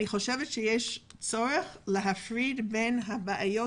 אני חושבת שצריך להפריד בין הבעיות